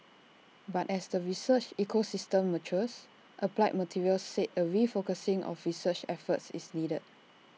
but as the research ecosystem matures applied materials said A refocusing of research efforts is needed